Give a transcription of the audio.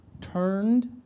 turned